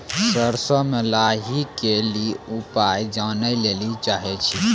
सरसों मे लाही के ली उपाय जाने लैली चाहे छी?